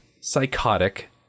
psychotic